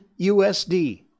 USD